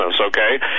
okay